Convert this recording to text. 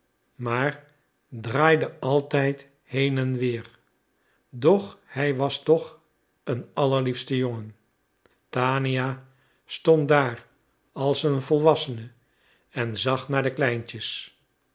maar draaide altijd heen en weer doch hij was toch een allerliefste jongen tania stond daar als een volwassene en zag naar de kleintjes